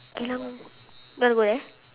geylang you want to go there